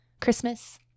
Christmas